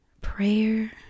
Prayer